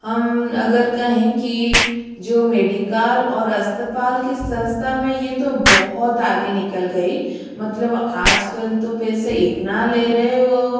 हम अगर कहें कि जो मेडिकल और अस्पताल के संस्था में यह तो बहुत आगे निकल गई मतलब आजकल तो पैसा इतना ले रहे वह